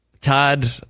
Todd